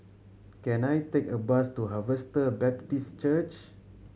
can I take a bus to Harvester Baptist Church